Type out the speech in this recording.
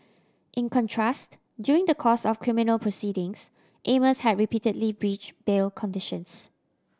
in contrast during the course of criminal proceedings Amos had repeatedly breach bail conditions